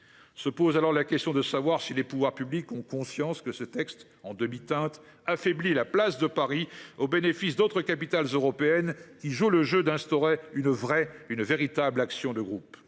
Se pose alors la question de savoir si les pouvoirs publics ont conscience que ce texte en demi teinte affaiblit la place de Paris au bénéfice d’autres capitales européennes qui jouent le jeu d’instaurer une “vraie” [action de groupe]